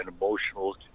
emotional